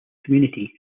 community